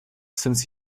since